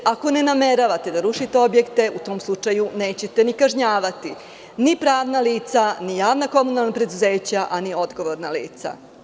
Ako ne nameravate da rušite objekte u tom slučaju nećete ni kažnjavati ni pravna lica, ni javna komunalna preduzeća, a ni odgovorna lica.